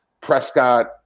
Prescott